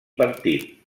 partit